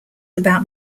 about